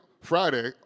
Friday